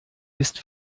ist